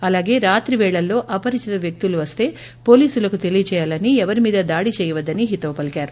అలాగే రాత్రి పేళ్లల్లో అపరిచిత వ్యక్తులు వస్తే పోలీసులకు తెలియజేయాలని ఎవరి మీదా దాడి చేయవద్దని హితవు పలీకారు